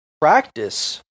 Practice